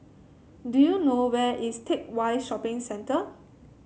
do you know where is Teck Whye Shopping Centre